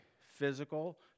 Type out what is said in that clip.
physical